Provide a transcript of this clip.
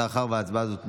מאחר שהצעה הזאת נומקה,